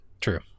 True